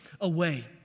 away